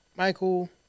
Michael